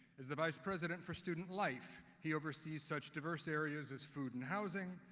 as the vice president for student life, he oversees such diverse areas as food and housing,